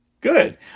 Good